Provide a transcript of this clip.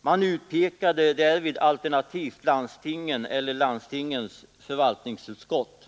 Man utpekade därvid alternativt landstingen eller landstingens förvaltningsutskott.